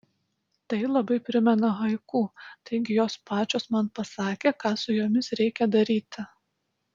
tai labai primena haiku taigi jos pačios man pasakė ką su jomis reikia daryti